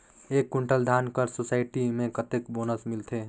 एक कुंटल धान कर सोसायटी मे कतेक बोनस मिलथे?